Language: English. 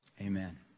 Amen